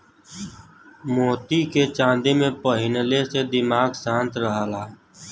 मोती के चांदी में पहिनले से दिमाग शांत रहला